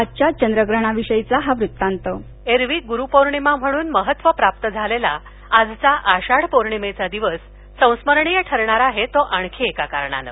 आजच्या चंद्रग्रहणाविषयीचा हा वृत्तांत एरवी गुरुपौर्णिमा म्हणून महत्त्व प्राप्त भालेला आजचा आषाढ पौर्णिमेचा दिवस संस्मरणीय ठरणार आहे तो आणबी एका कारणानं